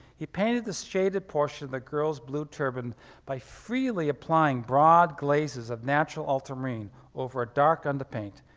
he painted the shaded portion of the girl's blue turban by freely applying broad glazes of natural alterene over a dark under paint,